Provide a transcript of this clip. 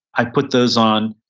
i put those on,